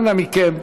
אנא מכם,